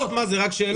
מה זה, רק שאלות?